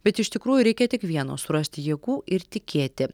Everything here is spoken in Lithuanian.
bet iš tikrųjų reikia tik vieno surasti jėgų ir tikėti